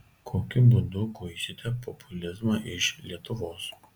kokiu būdu guisite populizmą iš lietuvos